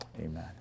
Amen